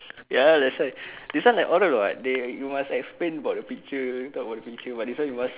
ya that's why this one like order [what] they you must explain about the picture talk about the picture but this one you must